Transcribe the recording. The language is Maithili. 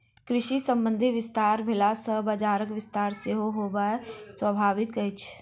कृषि संबंधी विस्तार भेला सॅ बजारक विस्तार सेहो होयब स्वाभाविक अछि